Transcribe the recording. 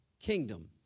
kingdom